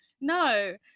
No